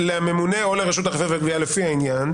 לממונה או לרשות אכיפה וגבייה לפי העניין